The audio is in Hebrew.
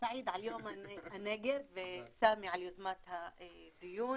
על יום הנגב וסמי על יוזמת הדיון.